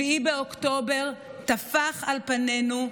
7 באוקטובר טפח על פנינו,